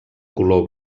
color